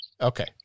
Okay